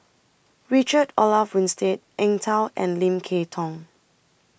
Richard Olaf Winstedt Eng Tow and Lim Kay Tong